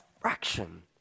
fraction